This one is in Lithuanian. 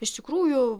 iš tikrųjų